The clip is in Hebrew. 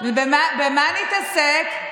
במה נתעסק?